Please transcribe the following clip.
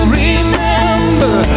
remember